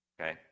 Okay